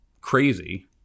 crazy